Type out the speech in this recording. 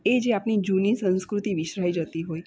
એ જે આપણી જૂની સંસ્કૃતિ વિસરાઈ જતી હોય